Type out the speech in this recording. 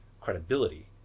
credibility